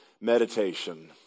meditation